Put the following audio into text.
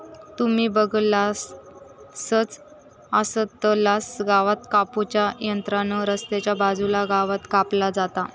तुम्ही बगलासच आसतलास गवात कापू च्या यंत्रान रस्त्याच्या बाजूचा गवात कापला जाता